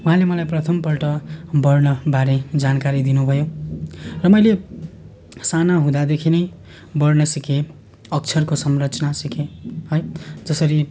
उहाँले मलाई प्रथमपल्ट वर्णबारे जानकारी दिनुभयो र मैले साना हुँदादेखि नै वर्ण सिकेँ अक्षरको संरचना सिकेँ है जसरी